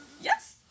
Yes